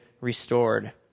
restored